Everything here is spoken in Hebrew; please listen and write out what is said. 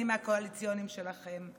כך נראים ההסכמים הקואליציוניים שלכם.